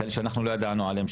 כאלה שאנחנו לא ידענו עליהם,